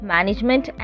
Management